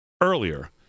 earlier